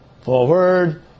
forward